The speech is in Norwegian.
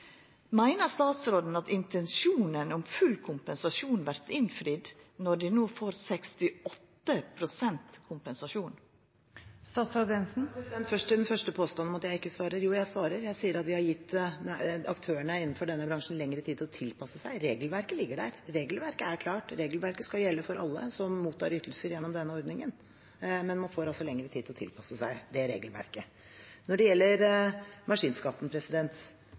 Meiner statsråden at intensjonen om full kompensasjon vert innfridd når dei no får 68 pst. kompensasjon? Først til den første påstanden om at jeg ikke svarer. Jo, jeg svarer – jeg sier at vi har gitt aktørene innenfor denne bransjen lengre tid til å tilpasse seg. Regelverket ligger der, regelverket er klart, regelverket skal gjelde for alle som mottar ytelser gjennom denne ordningen. Men man får altså lengre tid til å tilpasse seg regelverket. Når det gjelder maskinskatten,